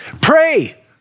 Pray